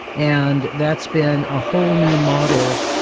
and that's been a whole new model.